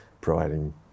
providing